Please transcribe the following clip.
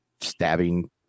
stabbing